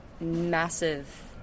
massive